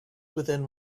within